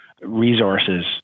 resources